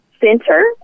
center